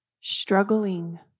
struggling